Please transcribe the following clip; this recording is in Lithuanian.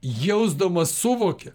jausdamas suvokia